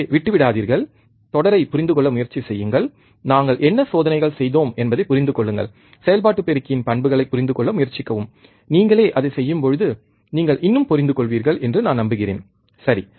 எனவே விட்டுவிடாதீர்கள் தொடரைப் புரிந்துகொள்ள முயற்சி செய்யுங்கள் நாங்கள் என்ன சோதனைகள் செய்தோம் என்பதைப் புரிந்து கொள்ளுங்கள் செயல்பாட்டு பெருக்கியின் பண்புகளைப் புரிந்து கொள்ள முயற்சிக்கவும் நீங்களே அதைச் செய்யும்போது நீங்கள் இன்னும் புரிந்துகொள்வீர்கள் என்று நான் நம்புகிறேன் சரி